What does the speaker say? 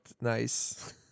nice